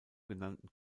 genannten